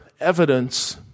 evidence